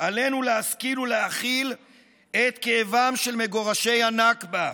עלינו להשכיל להכיל את כאבם של מגורשי הנכבה.